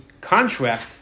contract